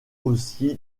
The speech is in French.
aussi